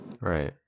Right